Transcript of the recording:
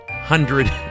hundred